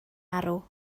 arw